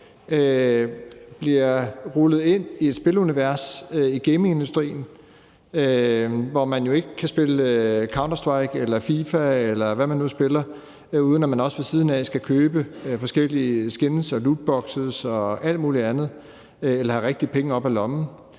bliver rullet ind i et spilunivers i gamingindustrien, hvor man jo ikke kan spille »Counter-Strike« eller »FIFA«, eller hvad man nu spiller, uden at man også ved siden af skal købe forskellige skins og lootbokse og alt muligt andet eller have rigtige penge op af lommen.